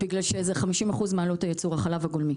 כי החלב הגולמי